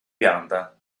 pianta